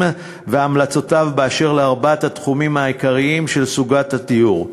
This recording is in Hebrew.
והמלצותיו בדבר ארבעת התחומים העיקריים של סוגיית הדיור: